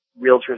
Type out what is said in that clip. Realtors